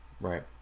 right